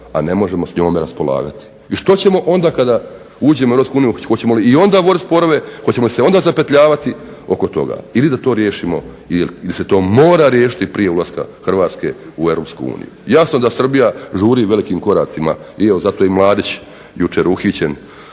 a ne možemo s njome raspolagati. I što ćemo onda kada uđemo u Europsku uniju, hoćemo li i onda voditi sporove, hoćemo li se onda zapetljavati oko toga ili da to riješimo ili se to mora riješiti prije ulaska Hrvatske u Europsku uniju. Jasno da Srbija žuri velikim koracima i evo zato je i Mladić jučer uhićen